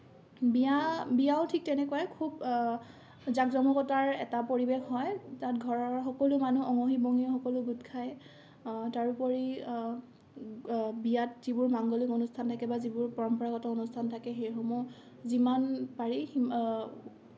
বিয়া বিয়াও ঠিক তেনেকুৱাই খুব জাক জমকতাৰ এটা পৰিবেশ হয় তাত ঘৰৰ সকলো মানুহ অঙহী বঙহী সকলো গোট খায় তাৰোপৰি বিয়াত যিবোৰ মাংগলিক অনুস্থান থাকে যিবোৰ পৰম্পৰাগত অনুস্থান থাকে সেইসমূহ যিমান পাৰি সি